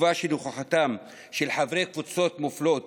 התקווה שנוכחותם של חברי קבוצות מופלות